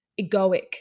egoic